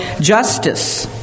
justice